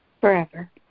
forever